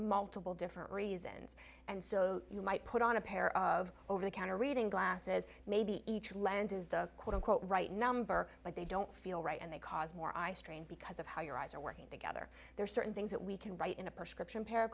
multiple different reasons and so you might put on a pair of over the counter reading glasses maybe each lens is the quote unquote right number but they don't feel right and they cause more eyestrain because of how your eyes are working together there are certain things that we can write in a prescription pair of